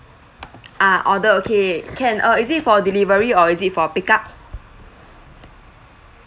ah order okay can uh is it for delivery or is it for pick up